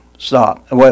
Stop